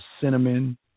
cinnamon